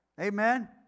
Amen